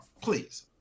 please